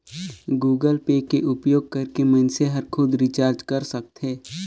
Google Pay के उपयोग करके मइनसे हर खुद रिचार्ज कर सकथे